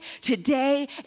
today